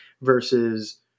versus